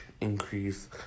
increase